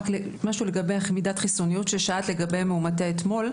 רק משהו לגבי מידת חיסוניות ששאלת לגבי מאומתי אתמול,